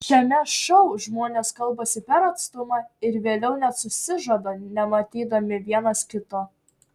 šiame šou žmonės kalbasi per atstumą ir vėliau net susižada nematydami vienas kito